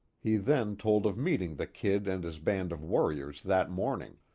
he then told of meeting the kid and his band of warriors that morning,